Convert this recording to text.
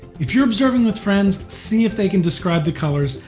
if you're observing with friends, see if they can describe the colors,